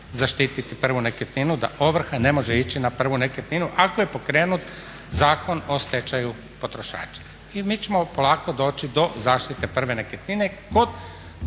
zaštititi prvu nekretninu da ovrha ne može ići na prvu nekretninu ako je pokrenut Zakon o stečaju potrošača i mi ćemo polako doći do zaštite prve nekretnine kod